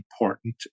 important